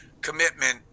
commitment